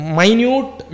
minute